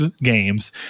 games